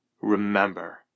Remember